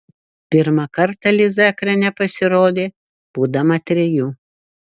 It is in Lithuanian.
pirmą kartą liza ekrane pasirodė būdama trejų